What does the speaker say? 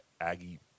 Aggie